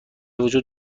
وجود